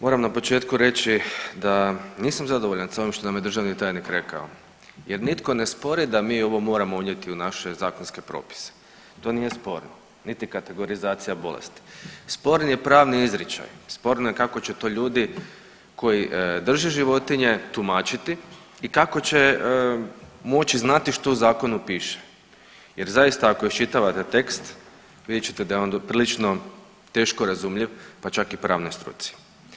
Moram na početku reći da nisam zadovoljan sa ovim što nam je državni tajnik rekao jer nitko ne spori da mi ovo moramo unijeti u naše zakonske propise, to nije sporno, niti kategorizacija bolesti, sporan je pravni izričaj, sporno je kako će to ljudi koji drže životinje tumačiti i kako će moći znati što u zakonu piše jer zaista ako iščitavate tekst vidjet ćete da je on prilično teško razumljiv, pa čak i pravnoj struci.